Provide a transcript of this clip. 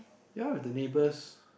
ya with the neighbors